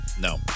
No